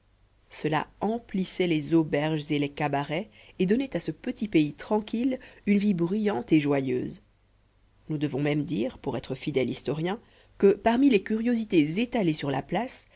cela emplissait les auberges et les cabarets et donnait à ce petit pays tranquille une vie bruyante et joyeuse nous devons même dire pour être fidèle historien que parmi les curiosités étalées sur la place